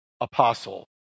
apostle